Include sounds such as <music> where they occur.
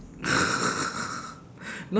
<laughs>